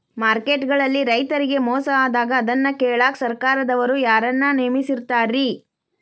Market ಗಳಲ್ಲಿ ರೈತರಿಗೆ ಮೋಸ ಆದಾಗ ಅದನ್ನ ಕೇಳಾಕ್ ಸರಕಾರದವರು ಯಾರನ್ನಾ ನೇಮಿಸಿರ್ತಾರಿ?